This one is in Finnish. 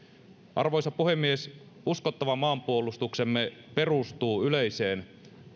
arvoisa puhemies uskottava maanpuolustuksemme perustuu yleiseen